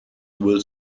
will